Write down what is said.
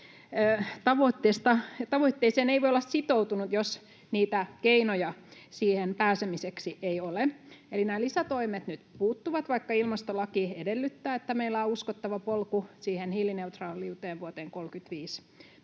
tavoitteeseen ei voi olla sitoutunut, jos niitä keinoja siihen pääsemiseksi ei ole. Eli nämä lisätoimet nyt puuttuvat, vaikka ilmastolaki edellyttää, että meillä on uskottava polku siihen hiilineutraaliuteen vuoteen 35